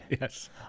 Yes